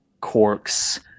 corks